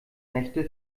nächte